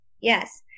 Yes